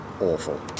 awful